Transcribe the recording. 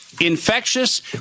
Infectious